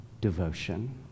devotion